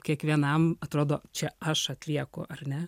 kiekvienam atrodo čia aš atlieku ar ne